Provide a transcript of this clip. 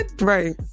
Right